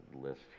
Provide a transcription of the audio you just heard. list